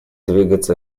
двигаться